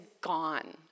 gone